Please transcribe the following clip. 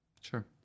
Sure